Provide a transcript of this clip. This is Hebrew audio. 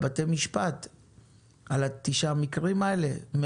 עמד על החשיבות של